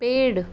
पेड़